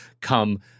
come